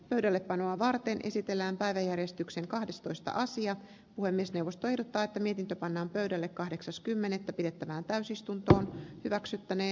pöydällepanoa varten esitellään päiväjärjestyksen kahdestoista sija puhemiesneuvosto ehdottaa että mietintö pannaan pöydälle kahdeksas kymmenettä pidettävään täysistunto hyväksyttänee